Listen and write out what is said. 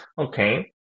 Okay